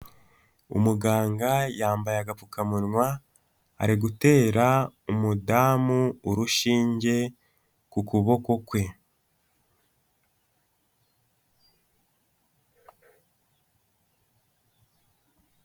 Umuganga yambaye agapfukamunwa ari gutera umudamu urushinge ku kuboko kwe.